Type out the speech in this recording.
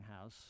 house